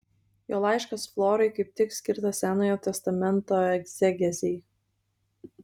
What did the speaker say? jo laiškas florai kaip tik skirtas senojo testamento egzegezei